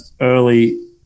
early